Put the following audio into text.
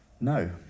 No